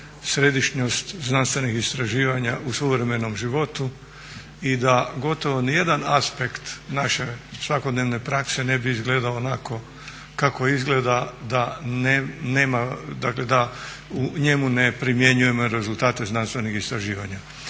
središnjoj znanstvenih istraživanja u suvremenom životu i da gotovo nijedan aspekt naše svakodnevne prakse ne bi izgledao onako kako izgleda da u njemu ne primjenjujemo rezultate znanstvenih istraživanja.